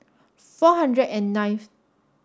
four hundred and ninth